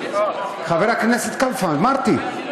חבר הכנסת כלפה, אמרתי.